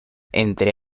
entre